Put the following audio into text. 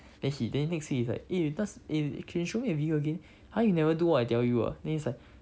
then he then next day he's like eh 那时 eh can you show me the video again !huh! you never do what I tell you ah then he's like